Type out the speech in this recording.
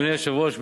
אדוני היושב-ראש,